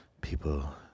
people